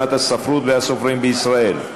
גנטית (שיבוט אדם ושינוי גנטי בתאי רבייה) (תיקון מס' 3),